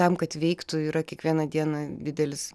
tam kad veiktų yra kiekvieną didelis